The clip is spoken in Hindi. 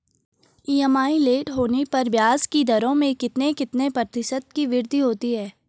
ई.एम.आई लेट होने पर ब्याज की दरों में कितने कितने प्रतिशत की वृद्धि होती है?